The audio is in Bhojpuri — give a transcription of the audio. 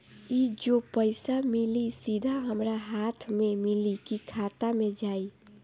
ई जो पइसा मिली सीधा हमरा हाथ में मिली कि खाता में जाई?